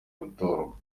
gutorwa